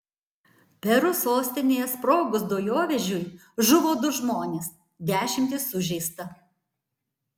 peru sostinėje sprogus dujovežiui žuvo du žmonės dešimtys sužeista